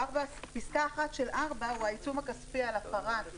פסקה (1) של 4 זה העיצום הכספי על הפרה.